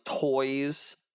toys